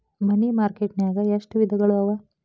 ಮನಿ market ನ್ಯಾಗ್ ಎಷ್ಟವಿಧಗಳು ಅವ?